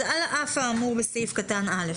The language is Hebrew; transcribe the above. אז על אף האמור בסעיף קטן (א),